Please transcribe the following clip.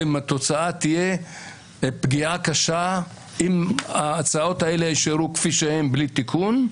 שהתוצאה תהיה פגיעה קשה אם ההצעות האלה יישארו כפי שהן בלי תיקון,